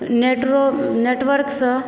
नेटवर्कसँ